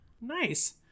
Nice